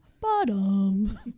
Bottom